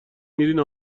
میرین